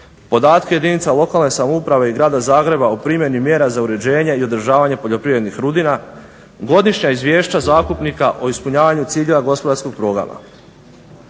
podatke jedinica lokalne samouprave i Grada Zagreba o primjeni mjera za uređenje i održavanje poljoprivrednih rudina, godišnja izvješća zakupnika o ispunjavanju ciljeva gospodarskog programa.